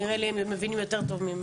נראה לי שהם מבינים יותר טוב ממני.